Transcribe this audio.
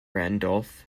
randolph